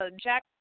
Jack